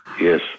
Yes